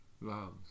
loves